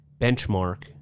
benchmark